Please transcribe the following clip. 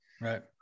right